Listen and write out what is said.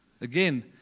Again